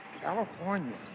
California